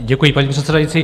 Děkuji, paní předsedající.